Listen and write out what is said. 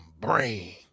brain